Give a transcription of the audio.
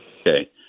Okay